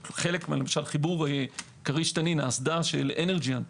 חלק, חיבור כריש תנין, האסדה של אנרג'יאן,